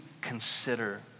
consider